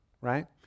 right